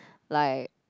like